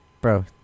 Bro